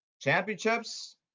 championships